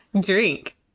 Drink